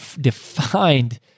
defined